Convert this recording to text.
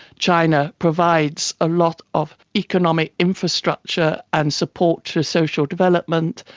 china provides a lot of economic infrastructure and support for social development,